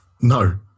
No